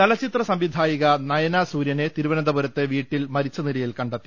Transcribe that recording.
ചലച്ചിത്ര സംവിധായിക നയന സൂര്യനെ തിരുവനന്തപുരത്തെ വീട്ടിൽ മരിച്ച നിലയിൽ കണ്ടെത്തി